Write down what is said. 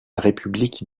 république